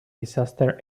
disaster